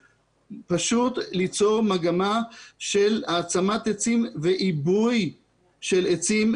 צריך פשוט ליצור מגמה של העצמת עצים ועיבוי עצים,